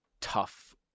tough